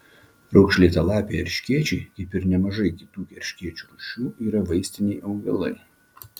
raukšlėtalapiai erškėčiai kaip ir nemažai kitų erškėčių rūšių yra vaistiniai augalai